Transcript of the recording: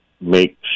make